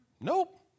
Nope